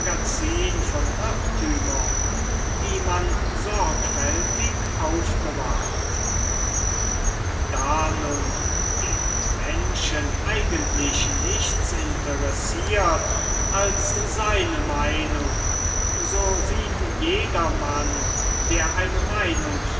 von irrtümern die man sorgfältig aufbewahrt da nun den menschen eigentlich nichts interessiert als seine meinung so sieht jedermann der eine meinung